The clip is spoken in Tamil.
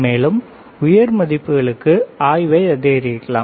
மேலும் உயர் மதிப்புகளுக்கு ஆய்வை அதிகரிக்கலாம்